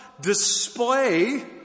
display